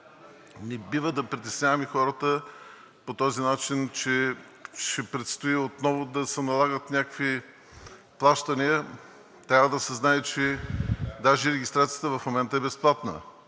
не бива да притесняваме хората по този начин, че ще предстои отново да се налагат някакви плащания. Трябва да се знае, че даже регистрацията в момента е безплатна.